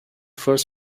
first